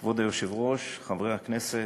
כבוד היושב-ראש, חברי הכנסת,